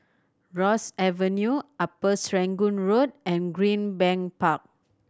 Ross Avenue Upper Serangoon Road and Greenbank Park